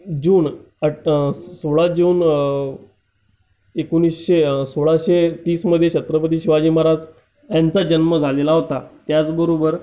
जून अठ सोळा जून एकोणीसशे सोळाशे तीसमध्ये छत्रपती शिवाजी महाराज यांचा जन्म झालेला होता त्याचबरोबर